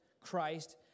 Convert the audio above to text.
Christ